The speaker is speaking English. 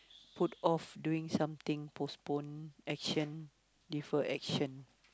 put off doing something postpone action defer action